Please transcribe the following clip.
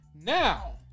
now